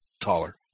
taller